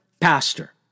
pastor